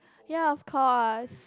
ya of course